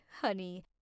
honey